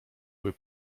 były